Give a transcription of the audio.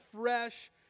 fresh